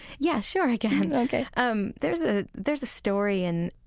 yeah, sure i can ok um there's ah there's a story in,